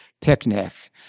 picnic